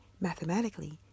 mathematically